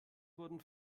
wurden